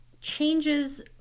changes